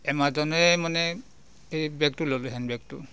এমাজনেই মানে এই বেগটো ল'লোঁ হেণ্ডবেগটো